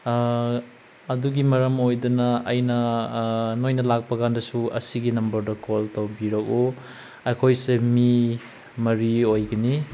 ꯑꯗꯨꯒꯤ ꯃꯔꯝ ꯑꯣꯏꯗꯨꯅ ꯑꯩꯅ ꯅꯣꯏꯅ ꯂꯥꯛꯄ ꯀꯥꯟꯗꯁꯨ ꯑꯁꯤꯒꯤ ꯅꯝꯕꯔꯗ ꯀꯣꯜ ꯇꯧꯕꯤꯔꯛꯎ ꯑꯩꯈꯣꯏꯁꯦ ꯃꯤ ꯃꯔꯤ ꯑꯣꯏꯒꯅꯤ